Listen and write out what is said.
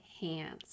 hands